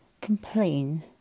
complain